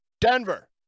Denver